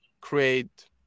create